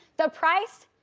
the price,